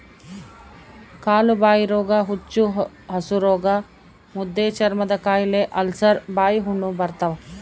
ಕಾಲುಬಾಯಿರೋಗ ಹುಚ್ಚುಹಸುರೋಗ ಮುದ್ದೆಚರ್ಮದಕಾಯಿಲೆ ಅಲ್ಸರ್ ಬಾಯಿಹುಣ್ಣು ಬರ್ತಾವ